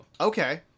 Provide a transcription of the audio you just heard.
Okay